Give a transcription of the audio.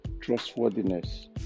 Trustworthiness